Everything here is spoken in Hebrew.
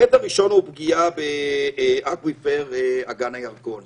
ההיבט הראשון הוא פגיעה באקוויפר אגן הירקון.